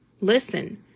Listen